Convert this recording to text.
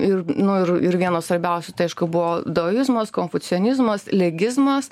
ir nu ir vienu svarbiausių tai aišku buvo dualizmas konfucionizmas legizmas